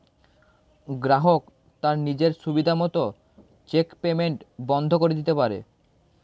গ্রাহক তার নিজের সুবিধা মত চেক পেইমেন্ট বন্ধ করে দিতে পারে